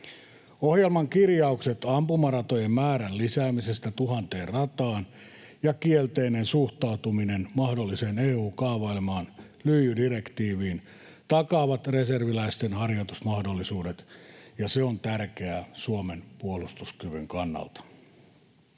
Ohjelman kirjaukset ampumaratojen määrän lisäämisestä tuhanteen rataan ja kielteinen suhtautuminen mahdolliseen EU:n kaavailemaan lyijydirektiiviin takaavat reserviläisten harjoitusmahdollisuudet, ja se on tärkeää Suomen puolustuskyvyn kannalta.